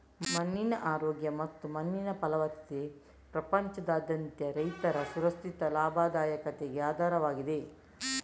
ಮಣ್ಣಿನ ಆರೋಗ್ಯ ಮತ್ತು ಮಣ್ಣಿನ ಫಲವತ್ತತೆ ಪ್ರಪಂಚದಾದ್ಯಂತ ರೈತರ ಸುಸ್ಥಿರ ಲಾಭದಾಯಕತೆಗೆ ಆಧಾರವಾಗಿದೆ